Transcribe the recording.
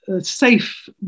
safe